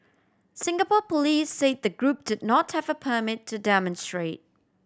Singapore police say the group did not have a permit to demonstrate